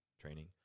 training